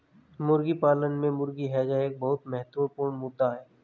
मुर्गी पालन में मुर्गी हैजा एक बहुत महत्वपूर्ण मुद्दा है